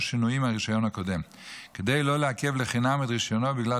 שינויים מהרישיון הקודם כדי לא לעכב לחינם את רישיונו בגלל